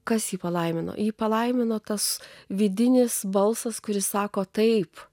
kas jį palaimino jį palaimino tas vidinis balsas kuris sako taip